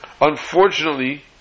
Unfortunately